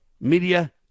media